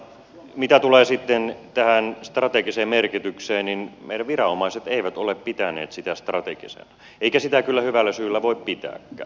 mitä tulee sitten tähän strategiseen merkitykseen niin meidän viranomaiset eivät ole pitäneet sitä strategisena eikä sitä kyllä hyvällä syyllä voi pitääkään